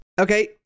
Okay